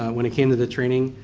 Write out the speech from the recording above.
when it came to the training,